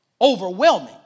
overwhelming